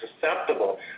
susceptible